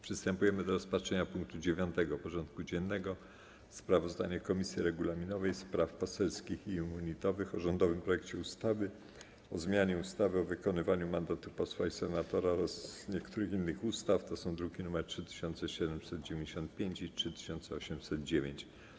Przystępujemy do rozpatrzenia punktu 9. porządku dziennego: Sprawozdanie Komisji Regulaminowej, Spraw Poselskich i Immunitetowych o rządowym projekcie ustawy o zmianie ustawy o wykonywaniu mandatu posła i senatora oraz niektórych innych ustaw (druki nr 3795 i 3809)